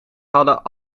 hadden